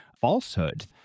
falsehood